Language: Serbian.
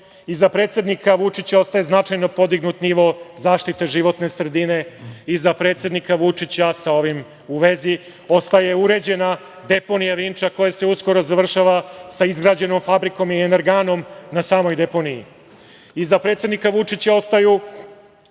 Iza predsednika Vučića ostaje značajno podignut nivo zaštite životne sredine. Iza predsednika Vučića, sa ovim u vezi, ostaje uređena deponija Vinča, koja se uskoro završava sa izgrađenom fabrikom i energanom na samoj deponiji. Iza predsednika Vučića ostaju